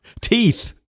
Teeth